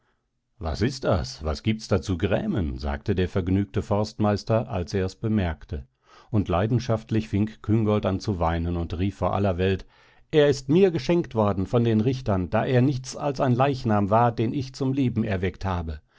was ist das was gibt's da zu grämen sagte der vergnügte forstmeister als er es bemerkte und leidenschaftlich fing küngolt an zu weinen und rief vor aller welt er ist mir geschenkt worden von den richtern da er nichts als ein leichnam war den ich zum leben erweckt habe